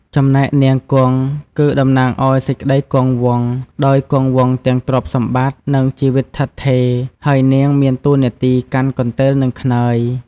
ចំណែកនាងគង់ គឺតំណាងឱ្យសេចក្តីគង់វង់ ដោយគង់វង់ទាំងទ្រព្យសម្បត្តិ និងជីវិតឋិតថេរ ហើយនាងមានតួនាទីកាន់កន្ទេលនិងខ្នើយ ។